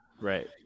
Right